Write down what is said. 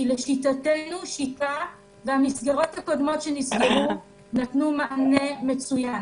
כי לשיטתנו "שיטה" והמסגרות הקודמות שנסגרו נתנו מענה מצוין.